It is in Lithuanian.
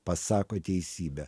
pasako teisybę